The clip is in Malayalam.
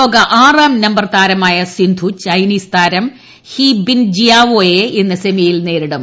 ലോക ആറാം നുമ്പർ താരമായ സിന്ധു ചൈനീസ് താരം ഹി ബിൻജിയാവോട്ടെ്യു ഇന്ന് സെമിയിൽ നേരിടും